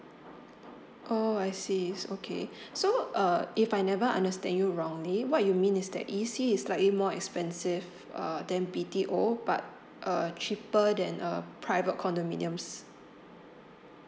oh I see it's okay so uh if I never understand you wrongly what you mean is that E_C is slightly more expensive err than B_T_O but err cheaper than a private condominiums